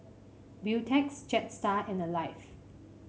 Beautex Jetstar and Alive